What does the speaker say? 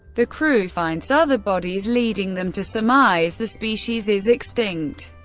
the crew finds other bodies, leading them to surmise the species is extinct.